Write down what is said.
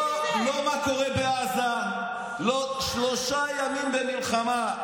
לא מה קורה בעזה, שלושה ימים במלחמה.